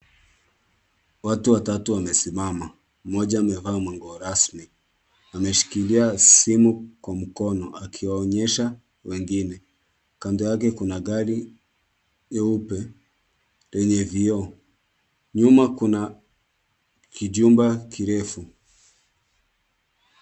Watu watatu wamesimama, mmoja amevaa manguo rasmi, ameshikilia simu kwa mkono, akiwaonyesha wengine. Kando yake kuna gari leupe, lenye vioo. Nyuma kuna kijumba kirefu.